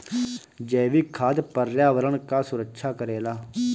जैविक खाद पर्यावरण कअ सुरक्षा करेला